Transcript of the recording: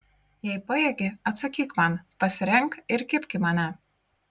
jei pajėgi atsakyk man pasirenk ir kibk į mane